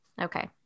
Okay